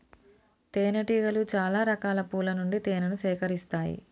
తేనె టీగలు చాల రకాల పూల నుండి తేనెను సేకరిస్తాయి